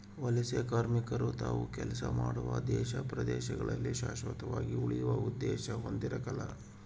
ವಲಸೆಕಾರ್ಮಿಕರು ತಾವು ಕೆಲಸ ಮಾಡುವ ದೇಶ ಪ್ರದೇಶದಲ್ಲಿ ಶಾಶ್ವತವಾಗಿ ಉಳಿಯುವ ಉದ್ದೇಶ ಹೊಂದಿರಕಲ್ಲ